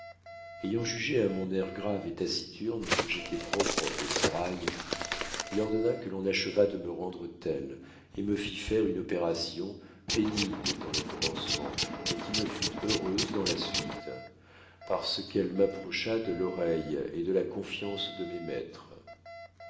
ayant jugé à mon air grave et taciturne que j'étois propre au sérail il ordonna que l'on achevât de me rendre tel et me fit faire une opération pénible dans les commencements mais qui me fut heureuse dans la suite parce qu'elle m'approcha de l'oreille et de la confiance de mes maîtres